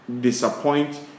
disappoint